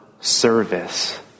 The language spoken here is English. service